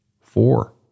four